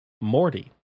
Morty